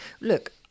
Look